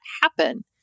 happen